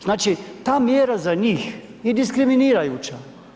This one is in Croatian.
Znači ta mjera za njih je diskriminirajuća.